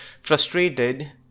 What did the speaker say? Frustrated